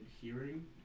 hearing